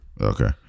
Okay